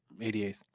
88th